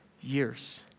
years